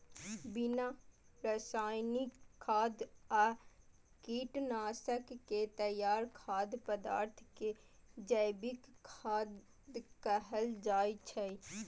बिना रासायनिक खाद आ कीटनाशक के तैयार खाद्य पदार्थ कें जैविक खाद्य कहल जाइ छै